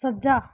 ਸੱਜਾ